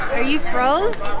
are you froze